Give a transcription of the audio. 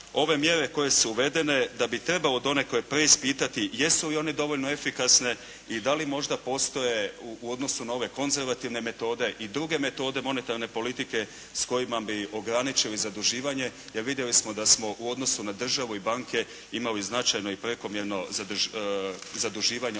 ove mjere koje su uvedene, da bi trebalo donekle preispitati jesu li one dovoljne efikasne i da li možda postoje u odnosu na ove konzervativne metode i druge metode monetarne politike s kojima bi ograničili zaduživanje, jer vidjeli smo da smo u odnosu na državu i banke imali značajno i prekomjerno zaduživanje